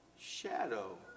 shadow